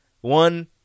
One